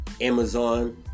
Amazon